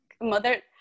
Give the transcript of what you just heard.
mother